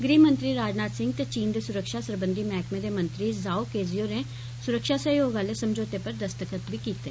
गृहमंत्री राजनाथ सिंह ते चीन दे सुरक्षा सरबंधी मैहकमें दे मंत्री ज़ाओ केजी होरें सुरक्षा सैहयोग आले समझौते पर दस्मखत बी कीत्ते